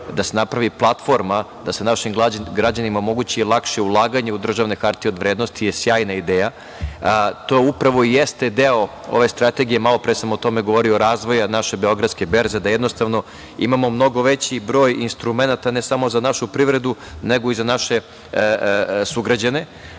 dana vidimo. Ova ideja da se našim građanima omogući lakše ulaganje u državne hartije od vrednosti je sjajna ideja. To upravo i jeste deo ove strategije, malo pre sam o tome govorio, razvoja naše Beogradske berze, da jednostavno imamo mnogo veći broj instrumenata, ne samo za našu privredu, nego i za naše sugrađane. Prihvatam